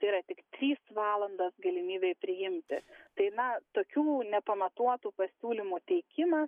tai yra tik trys valandos galimybei priimti tai na tokių nepamatuotų pasiūlymų teikimas